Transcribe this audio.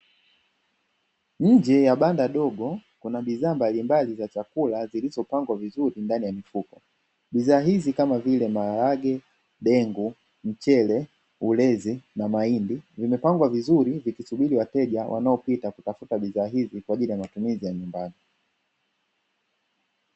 Nje ya banda dogo kuna bidhaa mbalimbali zilizopangwa vizuri ndani ya mifuko bidhaa hizi kama vile: maharage, dengu, mchele, ulezi na mahindi vimepangwa vizuri vikisubiri wateja wanaopita kutafuta bidhaa hizi kwa ajili ya nyumbani.